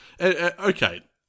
Okay